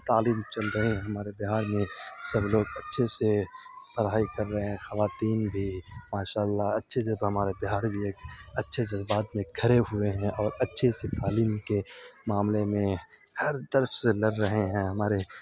تعلیم چل رہے ہیں ہمارے بہار میں سب لوگ اچھے سے پڑھائی کر رہے ہیں خواتین بھی ماشاء اللہ اچھے جب ہمارے بہار بھی ایک اچھے جذبات میں کھڑے ہوئے ہیں اور اچھے سے تعلیم کے معاملے میں ہر طرف سے لڑ رہے ہیں ہمارے